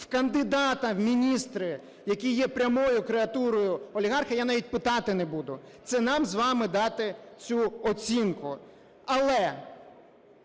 у кандидата в міністри, який є прямою креатурою олігарха, я навіть питати не буду, це нам з вами дати цю оцінку. Але